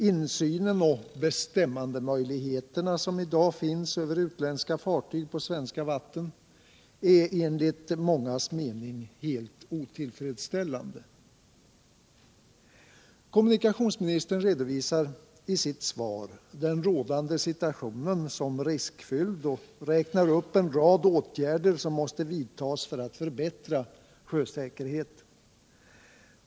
Insynen och bestämmandemöjligheterna när det gäller utländska fartyg på svenska vatten är i dag enligt mångas mening helt otillfredsställande. Kommunikationsministern redovisar i sitt svar den rådande situationen som riskfylld och räknar upp en rad åtgärder som måste vidtas för att förbättra sjösäkerheten.